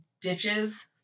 ditches